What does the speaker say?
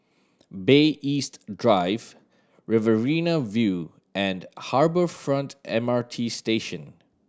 Bay East Drive Riverina View and Harbour Front M R T Station